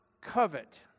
covet